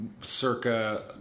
Circa